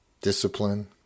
Discipline